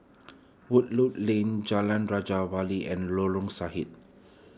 Woodleigh Lane Jalan Raja Wali and Lorong Sarhad